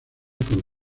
con